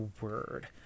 word